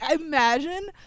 imagine